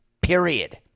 period